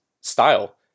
style